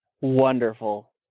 Wonderful